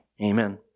amen